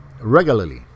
regularly